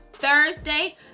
thursday